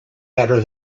better